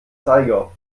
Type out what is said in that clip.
zeiger